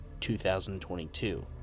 2022